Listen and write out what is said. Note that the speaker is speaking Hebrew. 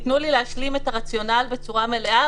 תנו לי להשלים את הרציונל בצורה מלאה,